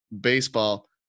Baseball